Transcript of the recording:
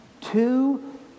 Two